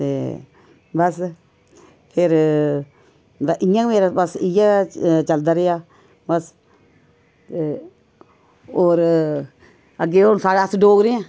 ते बस फिर ते इयां मेरा बस इयै चलदा रेहा बस होर अग्गैं हून साढ़ा अस डोगरे आं